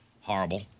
Horrible